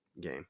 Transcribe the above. game